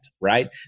right